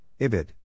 ibid